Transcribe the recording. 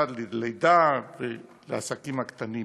חופשת לידה ולעסקים הקטנים,